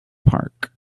park